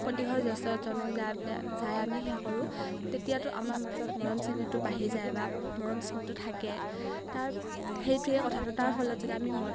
প্ৰতিঘৰ জ্যেষ্ঠজনক যাই পেলাই যাই আমি সেয়া কৰোঁ তেতিয়াতো আমাৰ মাজত মৰম চেনেহটো বাঢ়ি যায় বা মৰম চেনেহটো থাকে তাৰ সেইটোৱেই কথাটো তাৰ ফলত যদি আমি মদ